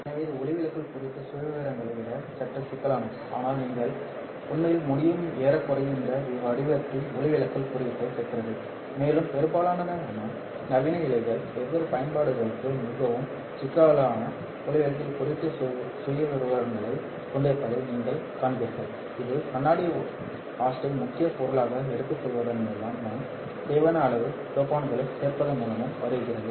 எனவே இது ஒளிவிலகல் குறியீட்டு சுயவிவரங்களை விட சற்று சிக்கலானது ஆனால் நீங்கள் உண்மையில் முடியும் ஏறக்குறைய எந்த வடிவத்தின் ஒளிவிலகல் குறியீட்டைப் பெற்றது மேலும் பெரும்பாலான நவீன இழைகள் வெவ்வேறு பயன்பாடுகளுக்கு மிகவும் சிக்கலான ஒளிவிலகல் குறியீட்டு சுயவிவரங்களைக் கொண்டிருப்பதை நீங்கள் காண்பீர்கள் இது கண்ணாடி ஹோஸ்டை முக்கிய பொருளாக எடுத்துக்கொள்வதன் மூலமும் தேவையான அளவு டோபண்டுகளை சேர்ப்பதன் மூலமும் வருகிறது